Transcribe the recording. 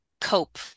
cope